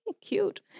cute